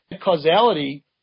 causality